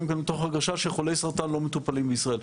מתוך הרגשה שחולי סרטן לא מטופלים בישראל,